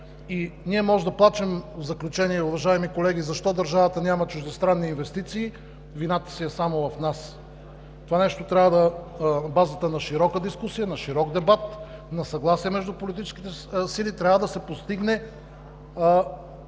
Ние можем да плачем, в заключение, уважаеми колеги, защо държавата няма чуждестранни инвестиции. Вината си е само в нас. На базата на широка дискусия, на широк дебат, на съгласие между политическите сили по това нещо трябва да се постигне